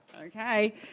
okay